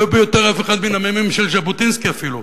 לא ביותר אף אחד מן המ"מים של ז'בוטינסקי אפילו,